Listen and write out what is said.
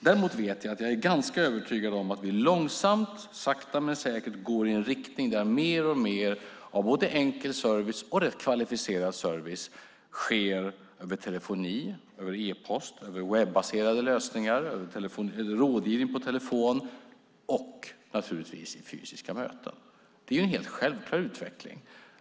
Däremot är jag ganska övertygad om att vi sakta men säkert går i en riktning där mer och mer av både enkel service och rätt kvalificerad service sker över telefoni, e-post, webbaserade lösningar. Det finns rådgivning per telefon och, naturligtvis, fysiska möten. Det är en helt självklar utveckling.